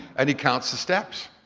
and he counts the steps.